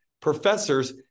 professors